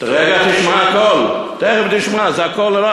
הרב מוזס.